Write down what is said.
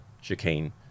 chicane